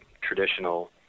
traditional